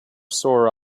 sore